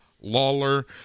Lawler